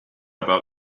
about